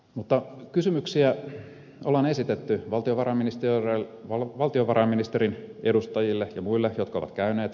mutta kysymyksiä olemme esittäneet valtiovarainministeriön edustajille ja muille jotka ovat käyneet